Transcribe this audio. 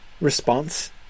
response